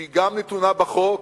שהיא גם נתונה בחוק,